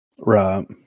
right